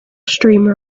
streamer